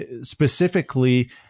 specifically